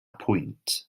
pwynt